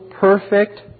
perfect